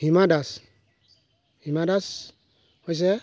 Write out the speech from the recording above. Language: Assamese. হিমা দাস হিমা দাস হৈছে